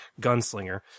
Gunslinger